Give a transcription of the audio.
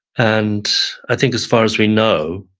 and i think, as far as we know,